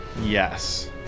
Yes